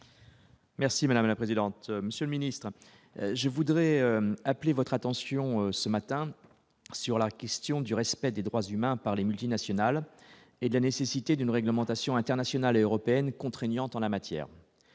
Merci madame la présidente, monsieur le ministre je voudrais appeler votre attention ce matin sur la question du respect des droits humains par les multinationales et la nécessité d'une réglementation internationale européenne contraignante en la matière,